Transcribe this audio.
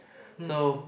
so